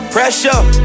Pressure